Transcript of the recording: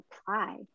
apply